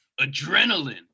adrenaline